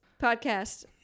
Podcast